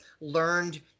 learned